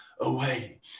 away